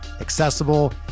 accessible